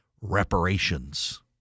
reparations